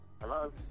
Hello